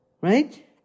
Right